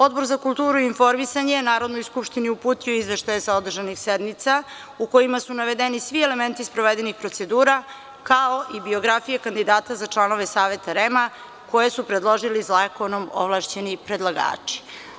Odbor za kulturu i informisanje je Narodnoj skupštini uputio izveštaje sa održanih sednica, u kojima su navedeni svi elementi sprovedenih procedura, kao i biografije kandidata za članove Saveta REM koje su predložili zakonom ovlašćeni predlagači.